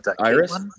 Iris